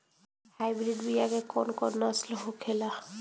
Hybrid बीया के कौन कौन नस्ल होखेला?